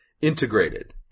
integrated